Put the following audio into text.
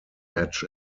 match